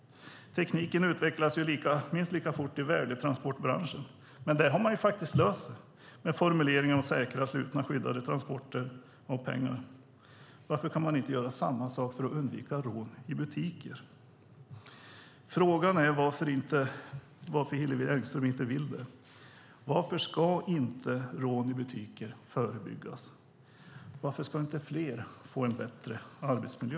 Tekniken utvecklas minst lika fort i värdetransportbranschen, men där har man löst det med formuleringar om säkra, slutna och skyddade transporter av pengar. Varför kan man inte göra samma sak för att undvika rån i butiker? Frågan är varför Hillevi Engström inte vill det. Varför ska inte rån i butiker förebyggas? Varför ska inte fler få en bättre arbetsmiljö?